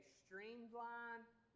streamlined